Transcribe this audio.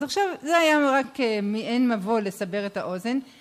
אז עכשיו, זה היה רק מעין מבוא לסבר את האוזן